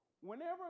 Whenever